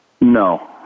No